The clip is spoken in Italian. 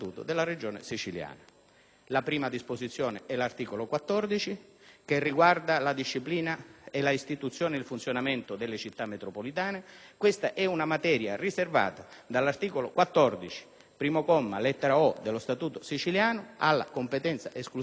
La prima disposizione è l'articolo 14 che riguarda la disciplina, la istituzione ed il funzionamento delle Città metropolitane. Questa è una materia riservata dall'articolo 14, comma 1, lettera *o)* dello Statuto siciliano alla competenza esclusiva della Regione.